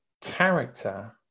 character